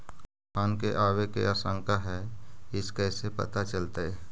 तुफान के आबे के आशंका है इस कैसे पता चलतै?